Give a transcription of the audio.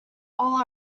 all